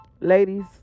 Ladies